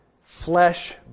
flesh